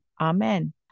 amen